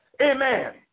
Amen